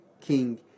king